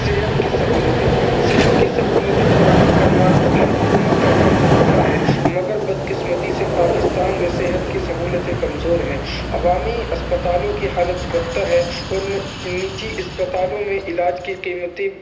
صحت کی سہولتیں صحت کی سہولتیں فراہم کرنا ہر حکومت کا فرض ہوتا ہے مگر بد قسمتی سے پاکستان میں صحت کی سہولتیں کمزور ہیں عوامی اسپتالوں کی حالت بدتر ہے اور نجی اسپتالوں میں علاج کی قیمتی